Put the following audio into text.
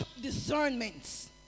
discernments